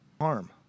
harm